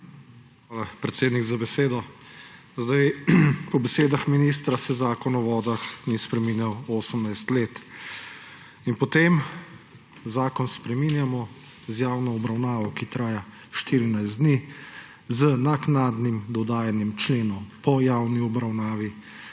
Hvala, predsednik, za besedo. Po besedah ministra se Zakon o vodah ni spreminjal 18 let in potem zakon spreminjamo z javno obravnavo, ki traja 14 dni, z naknadnim dodajanjem členov po javni obravnavi,